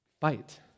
fight